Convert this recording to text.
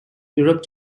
europe